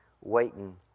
waiting